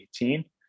2018